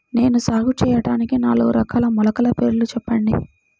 నేను సాగు చేయటానికి నాలుగు రకాల మొలకల పేర్లు చెప్పండి?